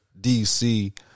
DC